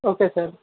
okay sir